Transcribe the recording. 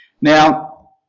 Now